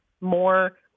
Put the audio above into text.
more